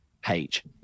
page